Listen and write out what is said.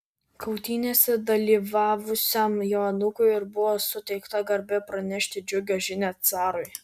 kautynėse dalyvavusiam jo anūkui ir buvo suteikta garbė pranešti džiugią žinią carui